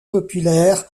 populaire